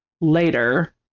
later